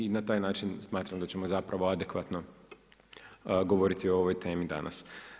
I na taj način smatram da ćemo zapravo adekvatno govoriti o ovoj temi danas.